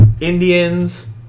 Indians